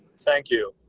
thank you.